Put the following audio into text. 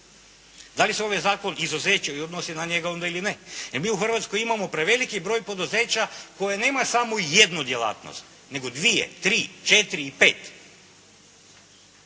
Da li se ovaj zakon izuzeće odnosi onda na njega ili ne. Jer mi u Hrvatskoj imamo preveliki broj poduzeća koje nema samo jednu djelatnost nego dvije, tri, četiri i pet.